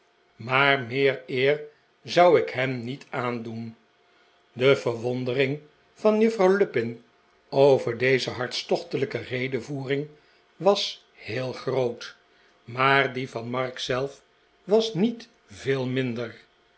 maar meer eer zou ik hem niet aandoen de verwondering van juffrouw lupin over deze hartstochtelijke redevoering wa heel grobt maar die van mark zelf was niet veel minder